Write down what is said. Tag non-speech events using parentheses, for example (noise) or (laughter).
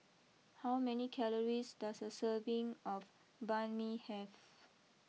how many calories does a serving of Banh Mi have (noise)